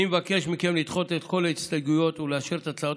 אני מבקש מכם לדחות את כל ההסתייגויות ולאשר את הצעת